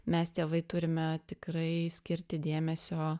mes tėvai turime tikrai skirti dėmesio